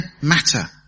matter